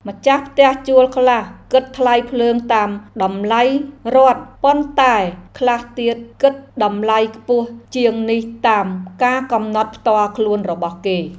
ម្ចាស់ផ្ទះជួលខ្លះគិតថ្លៃភ្លើងតាមតម្លៃរដ្ឋ ប៉ុន្តែខ្លះទៀតគិតតម្លៃខ្ពស់ជាងនេះតាមការកំណត់ផ្ទាល់ខ្លួនរបស់គេ។